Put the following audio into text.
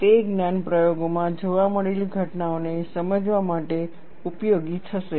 તે જ્ઞાન પ્રયોગોમાં જોવા મળેલી ઘટનાઓને સમજવા માટે ઉપયોગી થશે